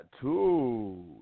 two